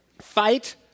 Fight